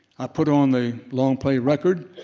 i put on the long-play record,